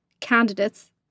candidates